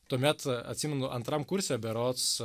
tuomet atsimenu antram kurse berods